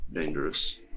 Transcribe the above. Dangerous